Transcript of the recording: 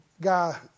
guy